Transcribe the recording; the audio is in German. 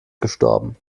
gestorben